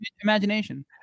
imagination